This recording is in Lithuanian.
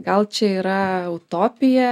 gal čia yra utopija